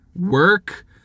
work